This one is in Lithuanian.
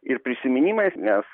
ir prisiminimais nes